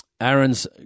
Aaron's